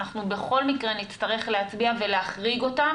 בכל מקרה נצטרך להצביע ולהחריג אותן